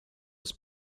was